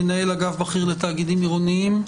מנהל אגף בכיר לתאגידים עירוניים,